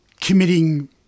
committing